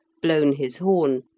blown his horn,